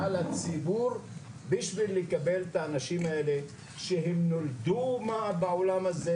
הציבור בשביל לקבל את האנשים האלה שנולדו כאלה בעולם הזה,